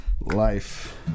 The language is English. life